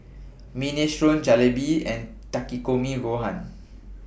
Minestrone Jalebi and Takikomi Gohan